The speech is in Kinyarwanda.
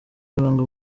ibanga